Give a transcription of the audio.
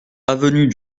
avenue